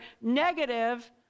negative